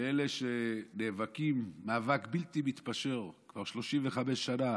אלה שנאבקים מאבק בלתי מתפשר כבר 35 שנה